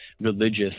religious